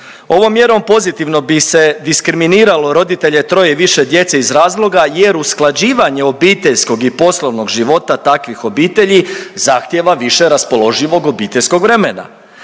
Ovom mjerom pozitivno bi se diskriminiralo roditelje troje i više djece iz razloga jer usklađivanje obiteljskog i poslovnog života takvih obitelji zahtijeva više raspoloživog obiteljskog vremena.